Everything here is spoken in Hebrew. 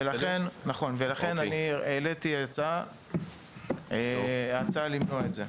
בסדר, לכן אני העליתי הצעה למנוע את זה.